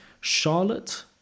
charlotte